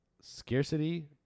Scarcity